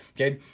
okay?